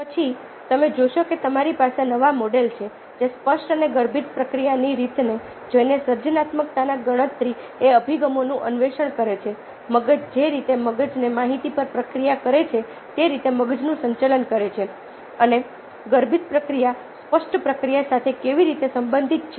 પછી તમે જોશો કે તમારી પાસે નવા મૉડલ છે જે સ્પષ્ટ અને ગર્ભિત પ્રક્રિયાની રીતને જોઈને સર્જનાત્મકતાના ગણતરી એ અભિગમોનું અન્વેષણ કરે છે મગજ જે રીતે મગજને માહિતી પર પ્રક્રિયા કરે છે તે રીતે મગજનું સંચાલન કરે છે અને ગર્ભિત પ્રક્રિયા સ્પષ્ટ પ્રક્રિયા સાથે કેવી રીતે સંબંધિત છે